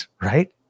right